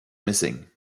missing